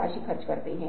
आता है